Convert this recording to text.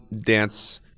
dance